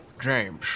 james